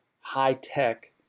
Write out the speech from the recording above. high-tech